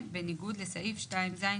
אנחנו כתבנו את זה בצורה מפורשת,